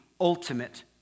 ultimate